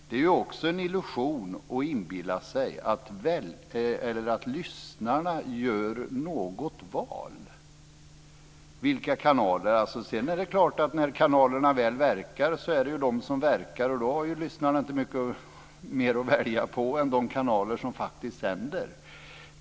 Det är också en illusion att inbilla sig att lyssnarna väljer kanaler. När kanalerna sedan väl verkar har lyssnarna inte mycket mer att välja på än de kanaler som faktiskt sänder.